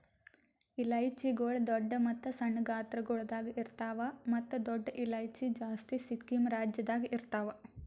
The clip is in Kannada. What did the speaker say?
ಇಲೈಚಿಗೊಳ್ ದೊಡ್ಡ ಮತ್ತ ಸಣ್ಣ ಗಾತ್ರಗೊಳ್ದಾಗ್ ಇರ್ತಾವ್ ಮತ್ತ ದೊಡ್ಡ ಇಲೈಚಿ ಜಾಸ್ತಿ ಸಿಕ್ಕಿಂ ರಾಜ್ಯದಾಗ್ ಇರ್ತಾವ್